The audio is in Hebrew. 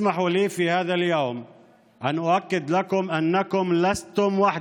הרשו לי ביום זה להדגיש לפניכם כי אינכם לבד,